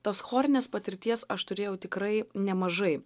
tos chorinės patirties aš turėjau tikrai nemažai